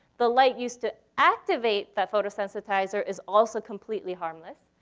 the light used to activate the photosensitizer is also completely harmless.